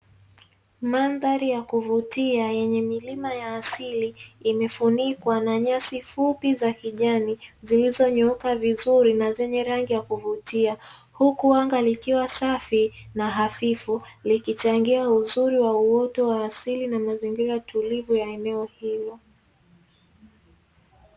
Mandhari ya kuvutia yenye milima ya asili imefunikwa na nyasi fupi yakijani huku anga likiwa safi na hafifu likichangia uzuri wa uoto wa asili wa eneo hilo